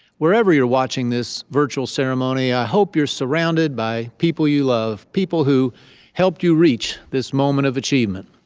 wherever you're watching this virtual ceremony, i hope you're surrounded by people you love, people who helped you reach this moment of achievement.